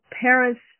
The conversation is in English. parents